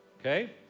Okay